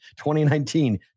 2019